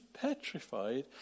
petrified